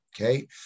okay